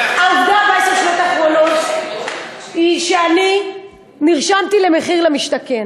העובדה, בשנים האחרונות אני נרשמתי למחיר למשתכן.